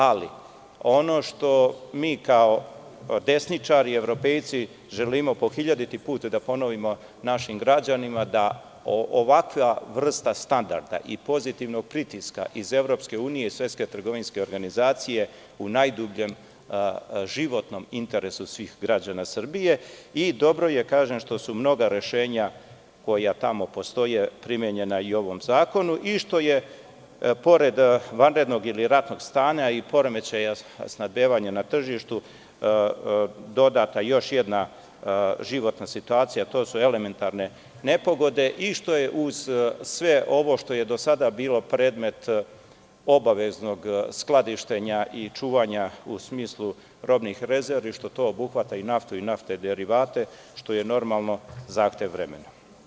Ali, ono što mi kao desničari, evropejci želimo po hiljaditi put da ponovimo našim građanima je da ovakva vrsta standarda i pozitivnog pritiska iz EU i Svetske trgovinske organizacije u najdubljem životnom interesu je svih građana Srbije i dobro je što su mnoga rešenja koja tamo postoje primenjena i u ovom zakonu i što je pored vanrednog ili ratnog stanja i poremećaja snabdevanja na tržištu dodata još jedna životna situacija, a to su elementarne nepogode i što je uz sve ovo što je do sada bilo predmet obaveznog skladištenja i čuvanja, u smislu robnih rezervi, što to obuhvata i naftu i naftne derivate, što je, normalno, zahtev vremena.